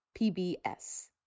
PBS